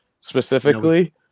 specifically